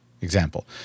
Example